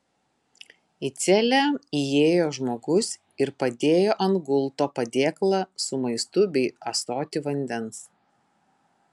į celę įėjo žmogus ir padėjo ant gulto padėklą su maistu bei ąsotį vandens